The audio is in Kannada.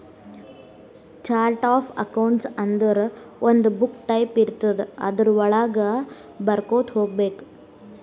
ಚಾರ್ಟ್ಸ್ ಆಫ್ ಅಕೌಂಟ್ಸ್ ಅಂದುರ್ ಒಂದು ಬುಕ್ ಟೈಪ್ ಇರ್ತುದ್ ಅದುರ್ ವಳಾಗ ಬರ್ಕೊತಾ ಹೋಗ್ಬೇಕ್